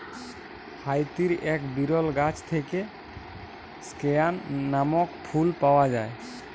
হাইতির এক বিরল গাছ থেক্যে স্কেয়ান লামক ফুল পাওয়া যায়